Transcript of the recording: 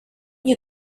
you